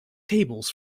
tables